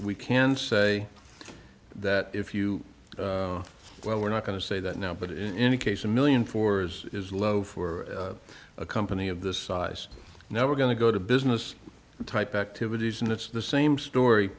we can say that if you well we're not going to say that now but in any case a million four years is low for a company of this size now we're going to go to business type activities and it's the same story